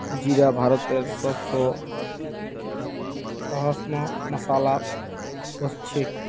जीरा भारतेर सब स अहम मसालात ओसछेख